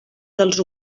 dels